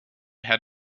had